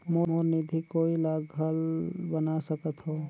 मोर निधि कोई ला घल बना सकत हो?